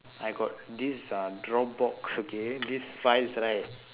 I got this uh dropbox okay these files right